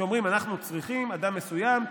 שאומרת: אנחנו צריכים אדם מסוים,